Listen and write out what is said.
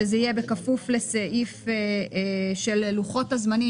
לבקשת חבר הכנסת סמוטריץ'; שזה יהיה בכפוף לסעיף של לוחות הזמנים,